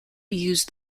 used